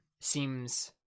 seems